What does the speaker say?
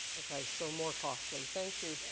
okay. so more costly, thank you.